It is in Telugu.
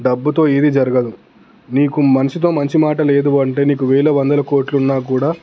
డబ్బుతో ఏది జరగదు నీకు మనిషితో మంచి మాట లేదు అంటే నీకు వేల వందల కోట్లు ఉన్నా కూడా